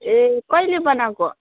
ए कहिले बनाएको